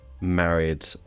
married